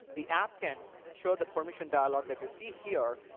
the app can show the permission dialog that you see here,